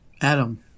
Adam